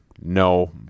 No